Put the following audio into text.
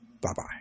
Bye-bye